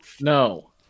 No